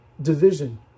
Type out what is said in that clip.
Division